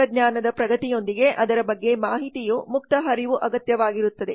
ತಂತ್ರಜ್ಞಾನದ ಪ್ರಗತಿಯೊಂದಿಗೆ ಅದರ ಬಗ್ಗೆ ಮಾಹಿತಿಯ ಮುಕ್ತ ಹರಿವು ಅಗತ್ಯವಾಗಿರುತ್ತದೆ